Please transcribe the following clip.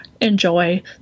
enjoy